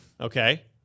Okay